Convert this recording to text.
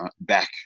back